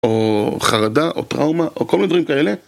או חרדה, או טראומה, או כל מיני דברים כאלה.